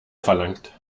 verlangt